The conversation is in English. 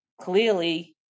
clearly